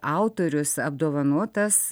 autorius apdovanotas